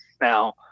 now